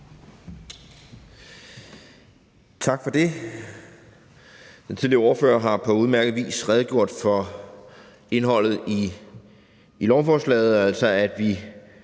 Tak for det. Den tidligere ordførere har på udmærket vis redegjort for indholdet i lovforslaget, altså at vi